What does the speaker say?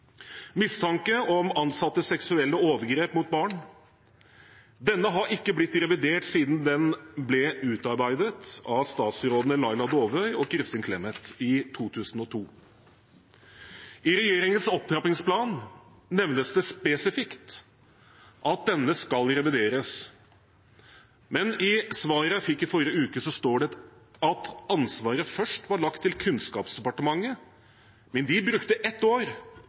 Mistanke om ansattes seksuelle overgrep mot barn». Denne er ikke blitt revidert siden den ble utarbeidet av statsrådene Laila Dåvøy og Kristin Clemet i 2002. I regjeringens opptrappingsplan nevnes det spesifikt at denne skal revideres, men i svaret jeg fikk i forrige uke, står det at ansvaret først var lagt til Kunnskapsdepartementet. De brukte ett år